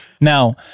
Now